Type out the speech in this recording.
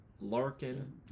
Larkin